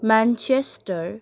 Manchester